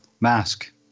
mask